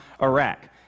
Iraq